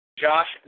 Josh